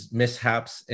mishaps